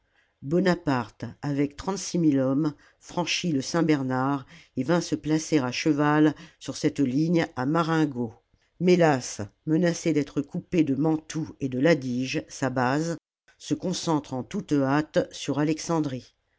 bonaparte avec hommes la commune franchit le saint-bernard et vint se placer à cheval sur cette ligne à marengo mélas menacé d'être coupé de mantoue et de l'adige sa base se concentre en toute hâte sur alexandrie